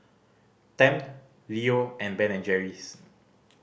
Tempt Leo and Ben and Jerry's